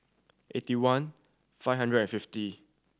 eighty one five hundred and fifty